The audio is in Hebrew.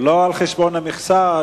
לא על חשבון המכסה,